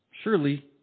Surely